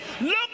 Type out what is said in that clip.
Look